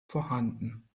vorhanden